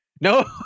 no